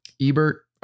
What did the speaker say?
Ebert